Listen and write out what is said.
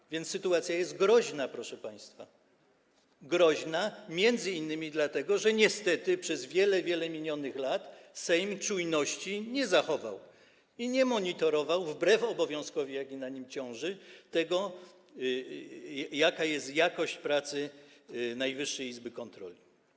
Tak więc sytuacja jest groźna, proszę państwa, m.in. dlatego, że niestety przez wiele, wiele minionych lat Sejm nie zachował czujności i nie monitorował wbrew obowiązkowi, jaki na nim ciąży, tego, jaka jest jakość pracy Najwyższej Izby Kontroli.